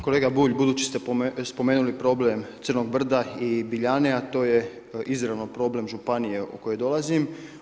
Kolega Bulj, budući ste spomenuli problem Crnog brda i Biljane, a to je izravan problem županije iz koje dolazim.